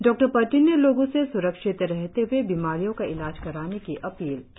डॉ पर्टिन ने लोगों से स्रक्षित रहते हुए बीमारियों का इलाज कराने की अपील की